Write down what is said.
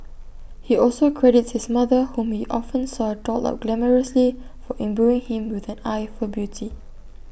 he also credits his mother whom he often saw dolled up glamorously for imbuing him with an eye for beauty